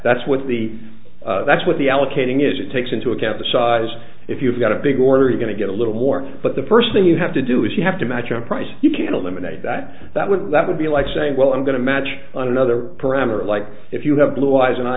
that's what the that's what the allocating is it takes into account the size if you've got a big order you going to get a little more but the first thing you have to do is you have to match a price you can eliminate that that would that would be like saying well i'm going to match another parameter like if you have blue eyes and i